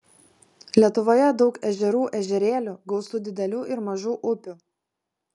lietuvoje daug ežerų ežerėlių gausu didelių ir mažų upių